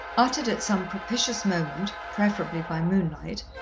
uttered at some propitious moment, preferably by moonlight,